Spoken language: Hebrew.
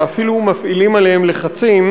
ואפילו מפעילים עליהם לחצים,